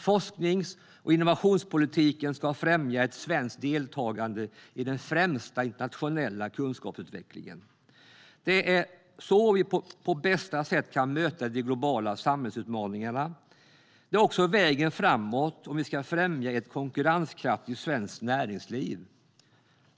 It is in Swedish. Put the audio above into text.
Forsknings och innovationspolitiken ska främja ett svenskt deltagande i den främsta internationella kunskapsutvecklingen. Det är så vi på bästa sätt kan möta de globala samhällsutmaningarna. Det är också vägen framåt om vi ska främja ett konkurrenskraftigt svenskt näringsliv.